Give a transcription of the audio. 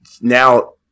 now